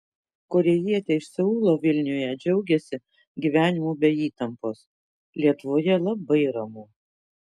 korėjietė iš seulo vilniuje džiaugiasi gyvenimu be įtampos lietuvoje labai ramu